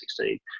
2016